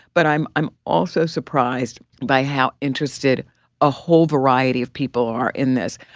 but i'm i'm also surprised by how interested a whole variety of people are in this.